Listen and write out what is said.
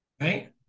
Right